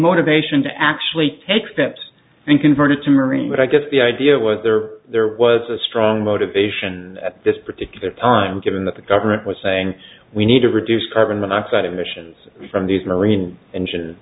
motivation to actually take steps and converted to marine but i guess the idea was there there was a strong motivation at this particular time given that the government was saying we need to reduce carbon dioxide emissions from these marine